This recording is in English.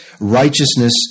righteousness